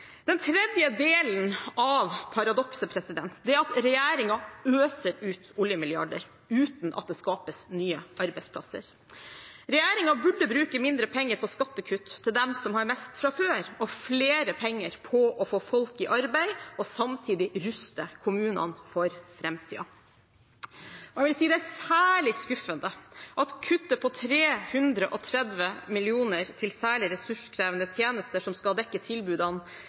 Den tredje delen av paradokset er at regjeringen øser ut oljemilliarder uten at det skapes nye arbeidsplasser. Regjeringen burde bruke mindre penger på skattekutt til dem som har mest fra før, og flere penger på å få folk i arbeid og samtidig ruste kommunene for framtiden. Jeg vil si det er særlig skuffende at kuttet på 330 mill. kr til særlig ressurskrevende tjenester, som skal dekke tilbudene